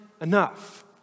enough